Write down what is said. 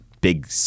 big